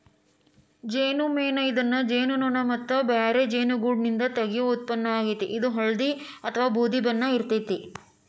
ಜೇನುಮೇಣ ಇದನ್ನ ಜೇನುನೋಣ ಮತ್ತ ಬ್ಯಾರೆ ಜೇನುಗೂಡ್ನಿಂದ ತಗಿಯೋ ಉತ್ಪನ್ನ ಆಗೇತಿ, ಇದು ಹಳ್ದಿ ಅತ್ವಾ ಬೂದಿ ಬಣ್ಣ ಇರ್ತೇತಿ